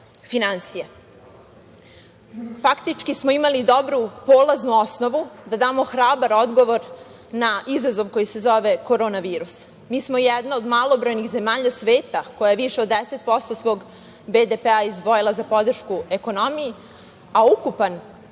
finansije. Faktički smo imali dobru polaznu osnovu da damo hrabar odgovor na izazov koje se zove Korona virus. Mi smo jedna od malobrojnih zemalja sveta koja više od 10% svog BDP-a izdvojila za podršku ekonomiji, a ukupan